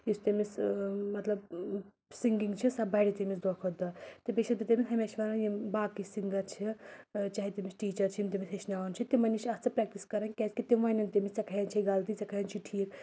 یُس تٔمِس مطلب سِنٛگِنٛگ چھِ سۄ بَڑِ تٔمِس دۄہ کھۄ دۄہ تہٕ بیٚیہِ چھَس بہٕ تٔمِس ہمیشہِ وَنان یِم باقٕے سِنٛگَر چھِ چاہے تٔمِس ٹیٖچَر چھِ یِم تٔمِس ہیٚچھناوان چھِ تِمَن نِش آس ژٕ پرٛٮ۪کٹِس کَران کیٛازکہِ تِم وَنان تٔمِس ژےٚ چھے غلطی ژےٚ چھُے ٹھیٖک